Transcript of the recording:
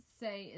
say